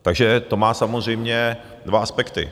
Takže to má samozřejmě dva aspekty.